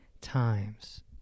times